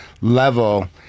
level